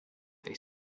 they